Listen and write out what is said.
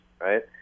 right